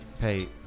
Hey